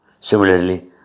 Similarly